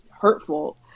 hurtful